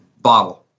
bottle